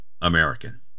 american